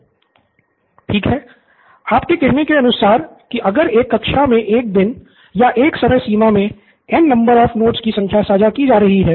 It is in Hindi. निथिन ठीक है आपके कहने के अनुसार कि अगर एक कक्षा मे एक दिन या एक समयसीमा मे N नंबर ऑफ नोट्स की संख्या साझा की जा रही है